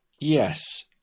Yes